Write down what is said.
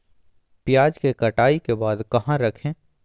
प्याज के कटाई के बाद कहा रखें?